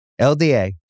LDA